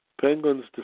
Penguins